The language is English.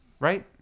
right